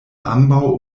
ambaŭ